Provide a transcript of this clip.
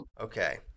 Okay